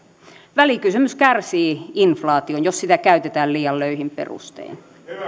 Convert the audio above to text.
välikysymys kärsii inflaation jos sitä käytetään liian löyhin perustein